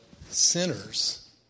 sinners